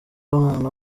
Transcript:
umwana